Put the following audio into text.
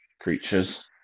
creatures